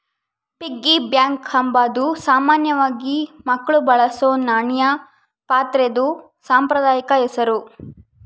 piggy bank ಅಂಬಾದು ಸಾಮಾನ್ಯವಾಗಿ ಮಕ್ಳು ಬಳಸೋ ನಾಣ್ಯ ಪಾತ್ರೆದು ಸಾಂಪ್ರದಾಯಿಕ ಹೆಸುರು